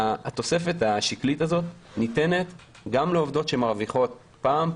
התוספת השקלית הזאת ניתנת גם לעובדות שמרוויחות פעם,